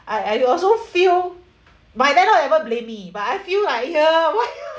I I also feel my landlord never blame me but I feel like !aiya! why